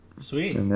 Sweet